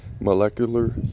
Molecular